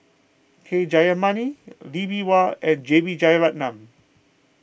K Jayamani Lee Bee Wah and J B Jeyaretnam